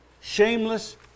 shameless